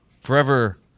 forever